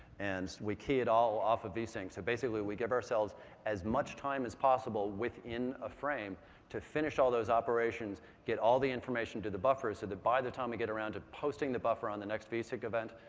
and we key it all off of vsync. so, basically, we give ourselves as much time as possible within a frame to finish all those operations, get all the information to the buffer so that by the time we get around to posting the buffer on the next vsync event,